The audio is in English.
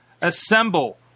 assemble